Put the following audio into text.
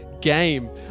game